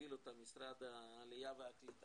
שמוביל אותה משרד העלייה והקליטה,